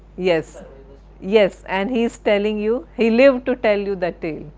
yes yes and he is telling you, he lived to tell you the tale.